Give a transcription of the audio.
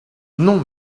non